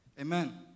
Amen